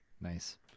Nice